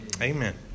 Amen